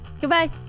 Goodbye